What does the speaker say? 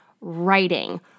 writing